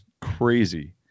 crazy